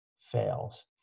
fails